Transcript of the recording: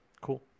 Cool